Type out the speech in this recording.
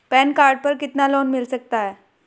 Pan card पर कितना loan मिल सकता है?